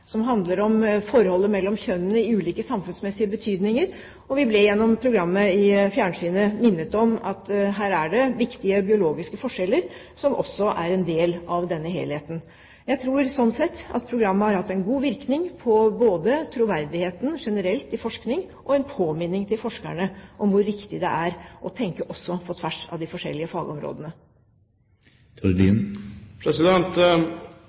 som handler om forholdet mellom kjønnene i ulike samfunnsmessige betydninger. Vi ble gjennom programmet i fjernsynet minnet om at her er det viktige biologiske forskjeller, som også er en del av denne helheten. Jeg tror sånn sett at programmet har hatt en god virkning på både troverdigheten generelt i forskning, og vært en påminning til forskerne om hvor viktig det er å tenke også på tvers av de forskjellige fagområdene.